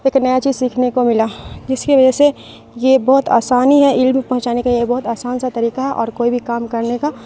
ایک نیا چیز سیکھنے کو ملا جس کے وجہ سے یہ بہت آسانی ہے علم پہنچانے کا یہ بہت آسان سا طریقہ ہے اور کوئی بھی کام کرنے کا